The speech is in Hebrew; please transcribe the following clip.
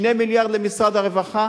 2 מיליארד למשרד הרווחה,